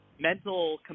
mental